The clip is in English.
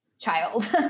Child